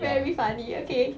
very funny okay